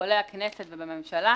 בפרוטוקולי הכנסת ובממשלה,